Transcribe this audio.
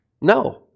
No